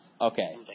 Okay